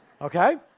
Okay